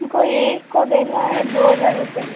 कोई एक को देना है दो हजार रुपए